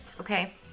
okay